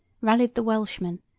rallied the welshmen,